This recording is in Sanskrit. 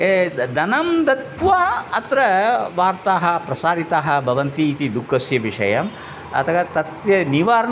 ये द धनं दत्वा अत्र वार्ताः प्रसारिताः भवन्ति इति दुःखस्य विषयः अतः तस्य निवारणम्